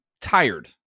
tired